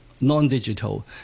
non-digital